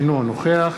אינו נוכח